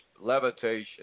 levitation